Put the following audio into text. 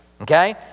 Okay